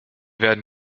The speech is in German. werden